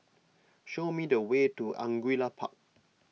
show me the way to Angullia Park